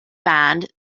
band